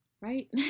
Right